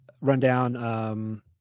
rundown